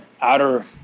outer